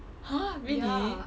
!huh! really